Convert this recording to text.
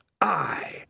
I